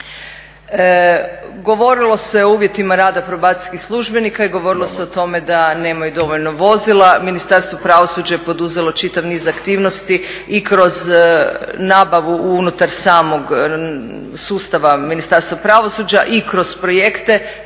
Govorili se o uvjetima rada probacijskih službenika i govorilo se o tome da nemaju dovoljno vozila. Ministarstvo pravosuđa je poduzelo čitav niz aktivnosti i kroz nabavu unutar samog sustava Ministarstva pravosuđa i kroz projekte